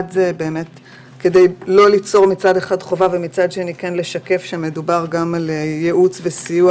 אחד כדי לא ליצור מצד אחד חובה ומצד שני כן לשקף שמדובר על ייעוץ וסיוע